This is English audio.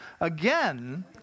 again